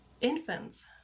Infants